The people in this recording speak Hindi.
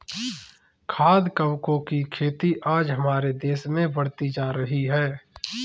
खाद्य कवकों की खेती आज हमारे देश में बढ़ती जा रही है